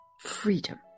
freedom